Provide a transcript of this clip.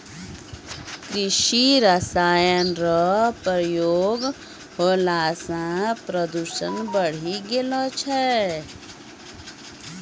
कृषि रसायन रो प्रयोग होला से प्रदूषण बढ़ी गेलो छै